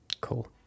Cool